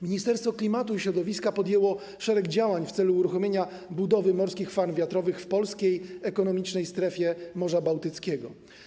Ministerstwo Klimatu i Środowiska podjęło szereg działań w celu uruchomienia budowy morskich farm wiatrowych w polskiej ekonomicznej strefie Morza Bałtyckiego.